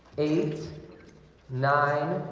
eight nine